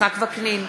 יצחק וקנין,